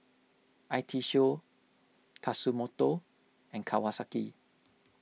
I T Show Tatsumoto and Kawasaki